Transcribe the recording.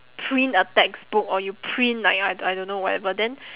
print a textbook or you print like I I don't know whatever then